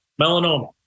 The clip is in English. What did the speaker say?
melanoma